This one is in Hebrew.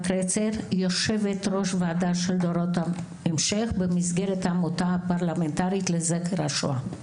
יושבת ראש ועדה של דורות ההמשך במסגרת העמותה הפרלמנטרית לזכר השואה.